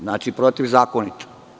Znači protivzakonit.